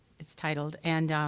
it's titled and